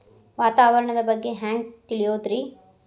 ವಾತಾವರಣದ ಬಗ್ಗೆ ಹ್ಯಾಂಗ್ ತಿಳಿಯೋದ್ರಿ?